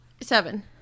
Seven